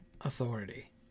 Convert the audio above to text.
Authority